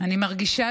אני מרגישה